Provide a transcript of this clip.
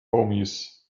homies